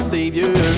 Savior